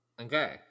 Okay